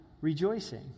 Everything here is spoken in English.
rejoicing